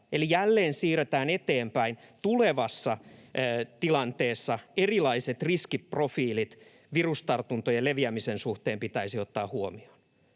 eli jälleen siirretään eteenpäin — tilanteessa erilaiset riskiprofiilit virustartuntojen leviämisen suhteen pitäisi ottaa huomioon.